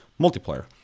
multiplayer